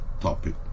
topic